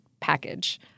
package